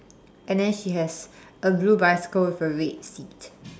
and then she has a blue bicycle with a red seat